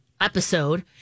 episode